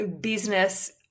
business